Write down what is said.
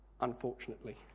unfortunately